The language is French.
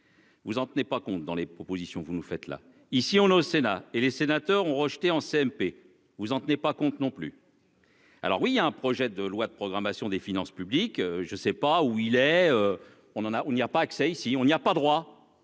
Vous en tenez pas compte dans les propositions, vous nous faites là. Ici on au Sénat et les sénateurs ont rejeté en CMP vous en tenez pas compte non plus. Alors oui a un projet de loi de programmation des finances publiques. Je sais pas où il est. On en a on n'y a pas accès. Si on n'y a pas droit.